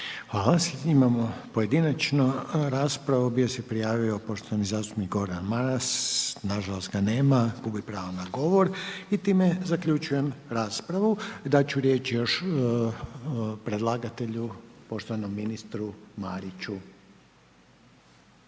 Hvala. Sad imamo pojedinačnu raspravu. Bio se prijavio poštovani zastupnik Gordan Maras. Nažalost ga nema, gubi pravo na govor. I time zaključujem raspravu. Dat ću riječ još predlagatelju, poštovanom ministru Mariću.